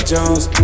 Jones